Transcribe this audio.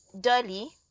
dolly